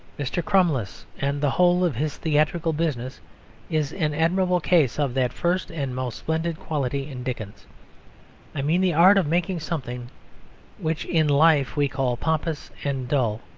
mr. crummles and the whole of his theatrical business is an admirable case of that first and most splendid quality in dickens i mean the art of making something which in life we call pompous and dull,